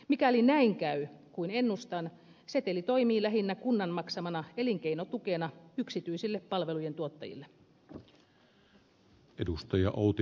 mikäli käy näin kuin ennustan seteli toimii lähinnä kunnan maksamana elinkeinotukena yksityisille palvelujen tuottajille